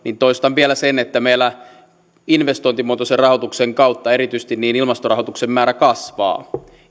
toistan vielä sen että meillä investointimuotoisen rahoituksen kautta erityisesti ilmastorahoituksen määrä kasvaa